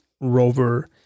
rover